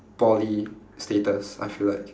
poly status I feel like